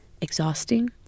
exhausting